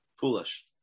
foolish